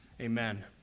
amen